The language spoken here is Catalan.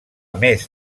més